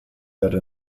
werde